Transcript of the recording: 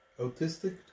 autistic